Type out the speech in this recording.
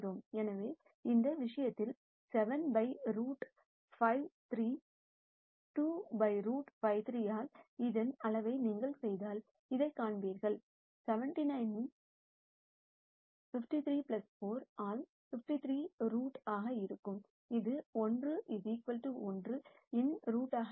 எனவே இந்த விஷயத்தில் 7 by ரூட் 53 2 by ரூட் 53 ஆல் இதன் அளவை நீங்கள் செய்தால் இதை காண்பீர்கள் 49 இன் 53 4 ஆல் 53 ஆல் ரூட் ஆக இருக்கும் இது 1 1 இன் ரூட் ஆக இருக்கும்